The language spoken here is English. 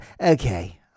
okay